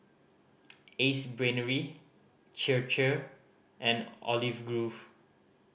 Ace Brainery Chir Chir and Olive Grove